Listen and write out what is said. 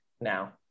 now